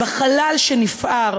בחלל שנפער,